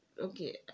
okay